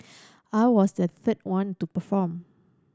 I was the third one to perform